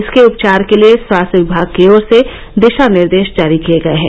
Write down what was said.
इसके उपचार के लिये स्वास्थ्य विभाग की ओर से दिशा निर्देश जारी किये गये हैं